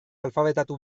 alfabetatu